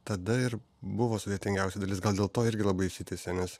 tada ir buvo sudėtingiausia dalis gal dėl to irgi labai užsitęsė nes